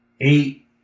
eight